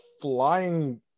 flying